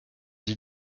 îles